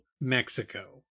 Mexico